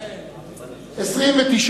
לא נתקבלה.